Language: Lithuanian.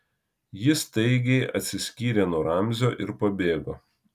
ji staigiai atsiskyrė nuo ramzio ir pabėgo